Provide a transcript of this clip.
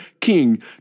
king